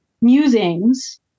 musings